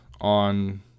on